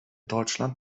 deutschland